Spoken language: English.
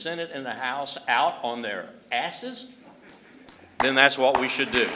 senate and the house out on their asses then that's what we should do